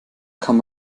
kann